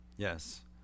Yes